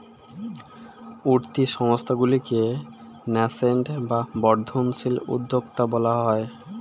উঠতি সংস্থাগুলিকে ন্যাসেন্ট বা বর্ধনশীল উদ্যোক্তা বলা হয়